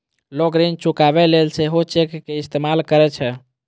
लोग ऋण चुकाबै लेल सेहो चेक के इस्तेमाल करै छै